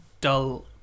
dull